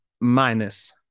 minus